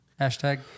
Hashtag